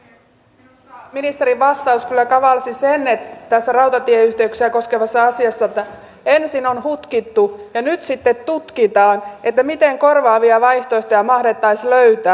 minusta ministerin vastaus kyllä kavalsi sen tässä rautatieyhteyksiä koskevassa asiassa että ensin on hutkittu ja nyt sitten tutkitaan miten korvaavia vaihtoehtoja mahdettaisiin löytää